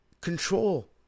control